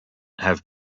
have